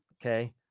Okay